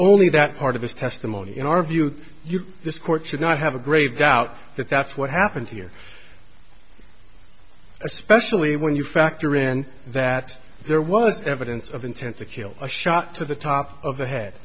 only that part of his testimony in our view you this court should not have a grave doubt that that's what happened here especially when you factor in that there was evidence of intent to kill a shot to the top of the head